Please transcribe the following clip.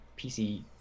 PC